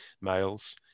males